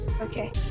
okay